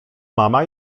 mama